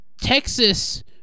Texas